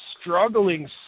struggling